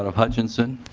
ah hutchinson.